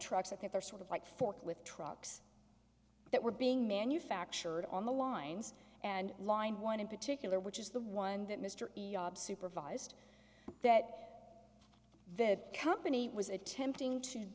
trucks at that they're sort of like forklift trucks that were being manufactured on the lines and line one in particular which is the one that mr supervised that that company was attempting to